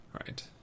Right